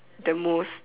the most